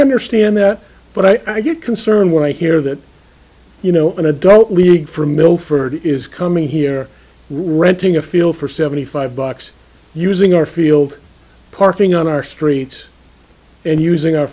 understand that but i get concerned when i hear that you know an adult league from milford is coming here renting a feel for seventy five bucks using our field parking on our streets and using our